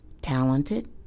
talented